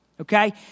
okay